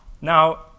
Now